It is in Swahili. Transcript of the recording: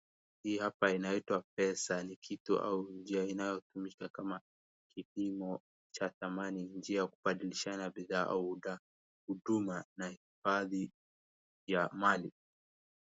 Hii hapa inaitwa pesa. Ni kitu au njia inayotumika kama kipimo cha thamani, njia ya kubadilishana bidhaa au daa, kutuma na hifadhi ya mali.